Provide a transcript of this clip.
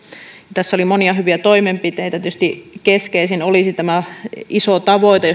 tässä oli monia hyviä toimenpiteitä tietysti keskeisin olisi tämä iso tavoite